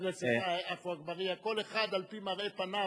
חבר הכנסת עפו אגבאריה, כל אחד על-פי מראה פניו,